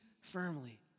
firmly